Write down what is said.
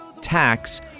tax